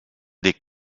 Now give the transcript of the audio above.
des